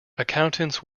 accountants